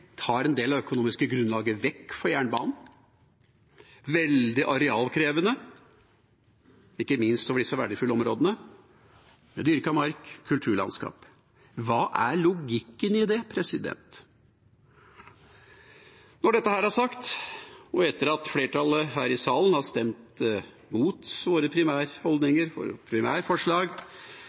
tar en del av det økonomiske grunnlaget vekk for jernbanen og er veldig arealkrevende – ikke minst over disse verdifulle områdene, med dyrket mark og kulturlandskap? Hva er logikken i det? Når dette er sagt, og etter at flertallet her i salen har stemt mot våre primærforslag,